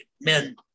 men